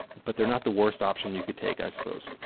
but they're not the worst option you could take, i suppose.